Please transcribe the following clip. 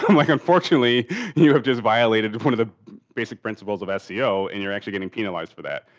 um like. unfortunately you have just violated one of the basic principles of seo and you're actually getting penalized for that.